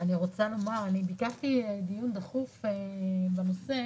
אני ביקשתי דיון דחוף בנושא